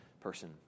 person